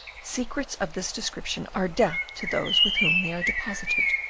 secrets of this description are death to those with whom they are deposited.